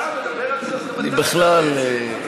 בכלל,